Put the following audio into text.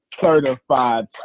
certified